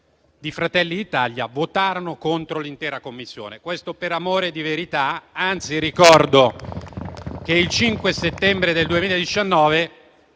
di Fratelli d'Italia votarono contro l'intera Commissione. Questo per amore di verità; anzi ricordo che il 5 settembre 2019